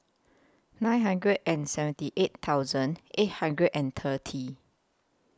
nine hundred and seventy eight thousand eight hundred and thirty